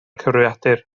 cyfrifiadur